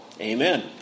Amen